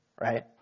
right